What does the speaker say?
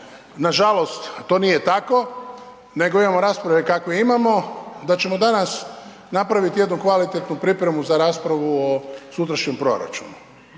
nažalost to nije tako nego imamo rasprave kakve imamo, da ćemo danas napraviti jednu kvalitetnu pripremu za raspravu o sutrašnjem proračunu.